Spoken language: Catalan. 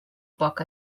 poc